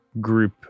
group